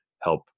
help